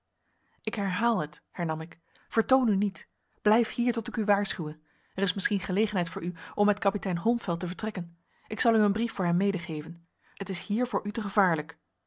ik herhaal het hernam ik vertoon u niet blijf hier tot ik u waarschuwe er is misschien gelegenheid voor u om met kapitein holmfeld te vertrekken ik zal u een brief voor hem medegeven het is hier voor u te gevaarlijk